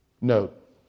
Note